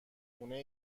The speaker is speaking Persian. خونه